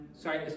sorry